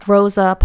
Rosa